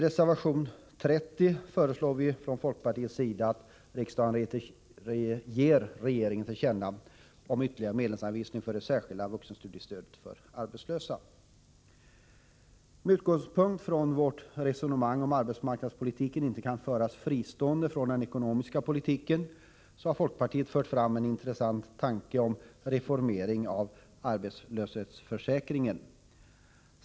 I reservation 30 föreslår folkpartiet att riksdagen ger regeringen till känna att det behövs ytterligare medel till det särskilda vuxenstudiestödet för arbetslösa. Med utgångspunkt i regeringens resonemang i propositionen att arbetsmarknadspolitiken inte kan föras fristående från den ekonomiska politiken, har folkpartiet fört fram en intressant tanke om reformering av finansieringen av arbetlöshetsförsäkringen.